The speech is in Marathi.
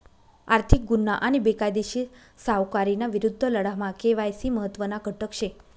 आर्थिक गुन्हा आणि बेकायदेशीर सावकारीना विरुद्ध लढामा के.वाय.सी महत्त्वना घटक शे